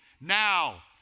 Now